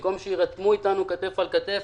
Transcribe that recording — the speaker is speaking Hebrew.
במקום שיירתמו אתנו כתף אל כתף.